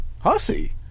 Hussy